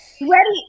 ready